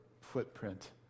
footprint